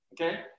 okay